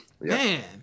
Man